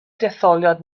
detholiad